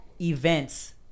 events